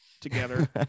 together